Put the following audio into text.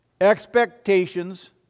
Expectations